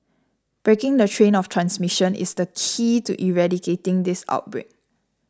breaking the chain of transmission is the key to eradicating this outbreak